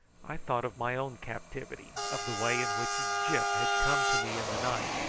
i thought of my own captivity of the way in which gyp had come to me in the night,